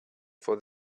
for